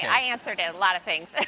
i answer to a lot of things.